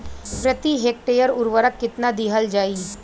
प्रति हेक्टेयर उर्वरक केतना दिहल जाई?